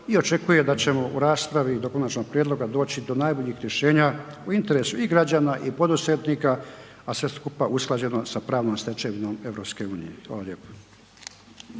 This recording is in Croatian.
i očekuje da ćemo u raspravi do konačnog prijedloga doći do najboljih rješenja u interesu i građana i poduzetnika, a sve skupa usklađeno sa pravnom stečevinom EU. Hvala lijepo.